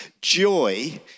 joy